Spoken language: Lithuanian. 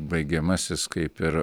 baigiamasis kaip ir